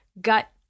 gut